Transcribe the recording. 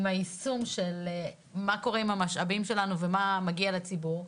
עם היישום של מה קורה עם המשאבים שלנו ומה מגיע לציבור,